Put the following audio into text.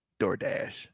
DoorDash